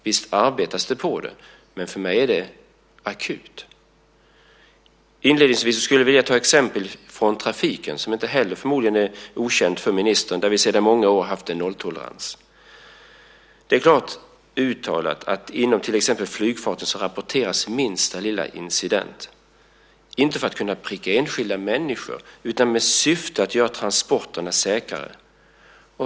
Visst arbetas det på detta, men för mig är frågan akut. Inledningsvis skulle jag vilja ta ett exempel från trafiken, som förmodligen inte heller är okänt för ministern. Där har vi sedan många år nolltolerans. Det är klart uttalat att inom till exempel flyget rapporteras minsta lilla incident - inte för att man ska kunna pricka enskilda människor utan med syfte att göra transporterna säkrare.